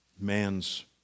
man's